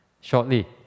shortly